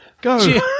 Go